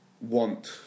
Want